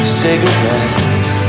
cigarettes